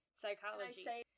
psychology